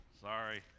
Sorry